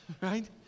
Right